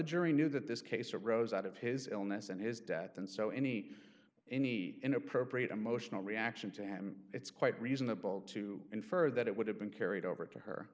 jury knew that this case arose out of his illness and his death and so any any inappropriate emotional reaction to him it's quite reasonable to infer that it would have been carried over to her